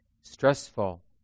Stressful